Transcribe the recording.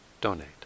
donate